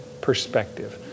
perspective